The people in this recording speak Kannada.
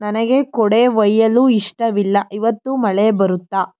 ನನಗೆ ಕೊಡೆ ಒಯ್ಯಲು ಇಷ್ಟವಿಲ್ಲ ಇವತ್ತು ಮಳೆ ಬರುತ್ತಾ